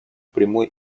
прямой